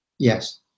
Yes